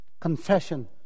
Confession